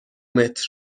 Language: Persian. متر